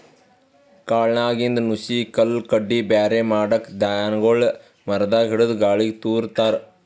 ಕಾಳ್ನಾಗಿಂದ್ ನುಸಿ ಕಲ್ಲ್ ಕಡ್ಡಿ ಬ್ಯಾರೆ ಮಾಡಕ್ಕ್ ಧಾನ್ಯಗೊಳ್ ಮರದಾಗ್ ಹಿಡದು ಗಾಳಿಗ್ ತೂರ ತಾರ್